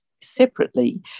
separately